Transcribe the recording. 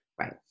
Right